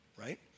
Right